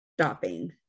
stopping